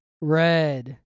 Red